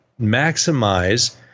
maximize